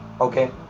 okay